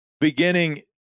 beginning